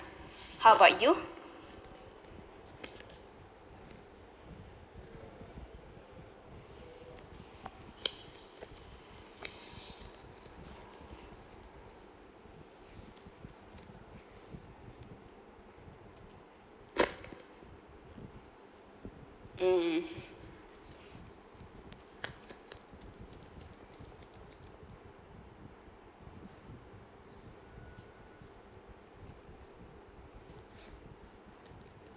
how about you mm